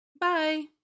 bye